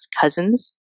cousins